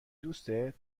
دوستت